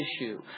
issue